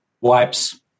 wipes